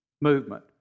movement